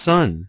Sun